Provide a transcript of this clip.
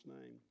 name